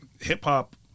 hip-hop